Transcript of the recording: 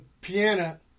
piano